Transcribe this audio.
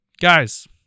guys